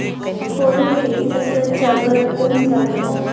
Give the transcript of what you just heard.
पौधों के लिए सबसे अच्छा उर्वरक कौन सा है?